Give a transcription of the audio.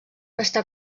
està